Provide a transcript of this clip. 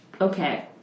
Okay